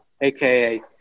aka